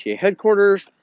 headquarters